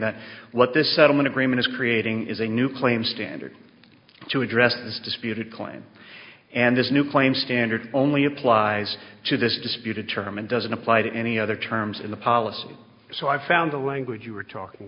that what this settlement agreement is creating is a new claim standard to address these disputed claims and this new claim standard only applies to this disputed term and doesn't apply to any other terms in the policy so i found the language you were talking